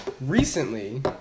recently